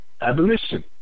Abolition